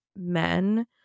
men